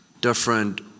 different